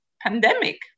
pandemic